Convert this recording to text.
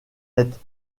êtes